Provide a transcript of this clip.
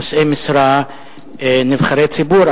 נושאי משרה נבחרי ציבור,